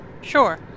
Sure